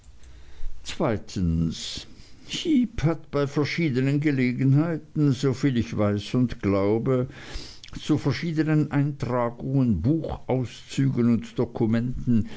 zweitens heep hat bei verschiednen gelegenheiten soviel ich weiß und glaube zu verschiednen eintragungen buchauszügen und dokumenten